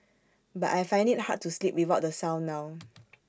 but I find IT hard to sleep without the sound now